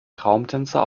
traumtänzer